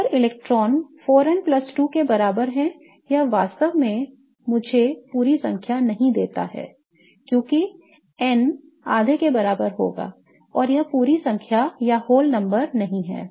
4 electron 4n 2 के बराबर है यह वास्तव में मुझे पूरी संख्या नहीं देता है क्योंकि n आधे के बराबर होगा और यह पूरी संख्या नहीं है